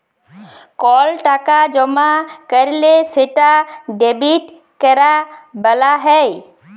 call টাকা জমা ক্যরলে সেটা ডেবিট ক্যরা ব্যলা হ্যয়